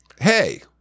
Hey